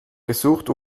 gesucht